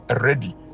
ready